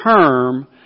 term